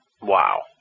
Wow